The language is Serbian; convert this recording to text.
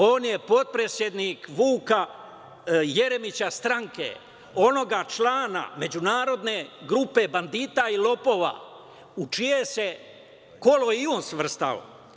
On je potpredsednik stranke Vuka Jeremića, onoga člana međunarodne grupe bandita i lopova u čije se kolo i on svrstao.